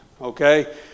Okay